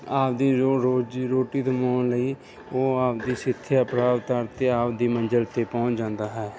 ਆਪਣੀ ਰੋ ਰੋਜੀ ਰੋਟੀ ਕਮਾਉਣ ਲਈ ਉਹ ਆਪਣੀ ਸਿੱਖਿਆ ਪ੍ਰਾਪਤ ਕਰਕੇ ਆਪਣੀ ਮੰਜਿਲ 'ਤੇ ਪਹੁੰਚ ਜਾਂਦਾ ਹੈ